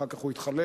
אחר כך הוא התחלף,